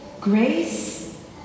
Grace